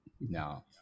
No